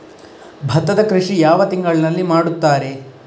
ಭತ್ತದ ಕೃಷಿ ಯಾವ ಯಾವ ತಿಂಗಳಿನಲ್ಲಿ ಮಾಡುತ್ತಾರೆ?